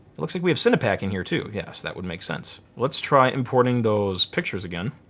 looks like we have cinepak in here too. yes that would make sense. let's try importing those pictures again.